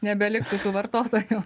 nebeliktų tų vartotojų